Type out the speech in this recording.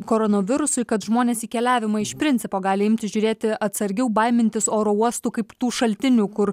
koronavirusui kad žmonės į keliavimą iš principo gali imti žiūrėti atsargiau baimintis oro uostų kaip tų šaltinių kur